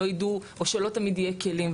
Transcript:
או שלא תמיד יהיו כלים.